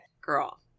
girl